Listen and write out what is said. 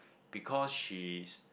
because she is